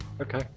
Okay